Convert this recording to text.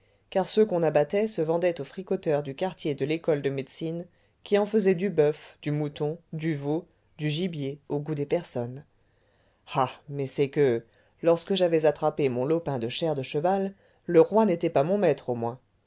car ceux qu'on abattait se vendaient aux fricoteurs du quartier de lécole de médecine qui en faisaient du boeuf du mouton du veau du gibier au goût des personnes ah mais c'est que lorsque j'avais attrapé mon lopin de chair de cheval le roi n'était pas mon maître au moins